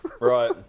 Right